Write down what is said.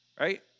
right